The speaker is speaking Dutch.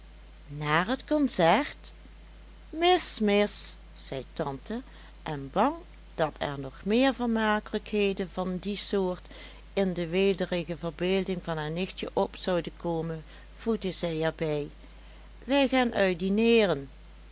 naar het concert mis mis zei tante en bang dat er nog meer vermakelijkheden van die soort in de weelderige verbeelding van haar nichtjen op zouden komen voegde zij er bij we gaan uit dineeren